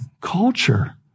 culture